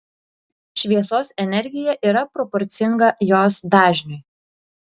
šviesos energija yra proporcinga jos dažniui